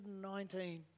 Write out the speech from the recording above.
119